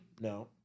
No